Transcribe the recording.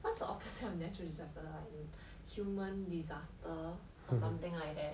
what's the opposite of natural disaster like um human disaster or something like that